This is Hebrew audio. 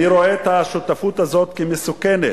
אני רואה את השותפות הזאת כמסוכנת,